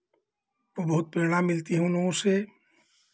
को बहुत प्रेरणा मिलती है उन लोगों से